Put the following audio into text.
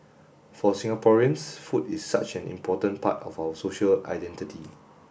for Singaporeans food is such an important part of our social identity